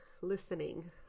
listening